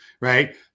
Right